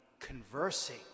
conversing